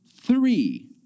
three